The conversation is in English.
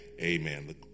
amen